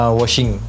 washing